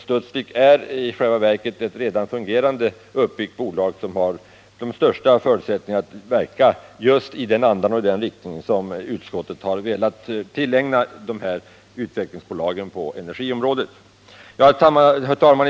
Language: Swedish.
Studsvik Energiteknik är i själva verket ett uppbyggt och redan fungerande bolag, som har de största förutsättningar att verka just i den anda och riktning som utskottet har velat tillägna de här utvecklingsbolagen på energi Herr talman!